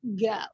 go